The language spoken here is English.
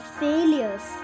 failures